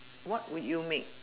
what would you make